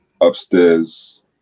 upstairs